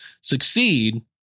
succeed